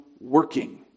working